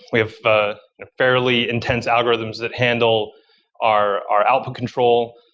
we have a fairly intense algorithms that handle are are output control.